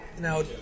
now